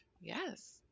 Yes